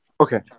Okay